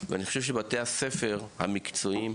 ואני חושב שבתי הספר המקצועיים,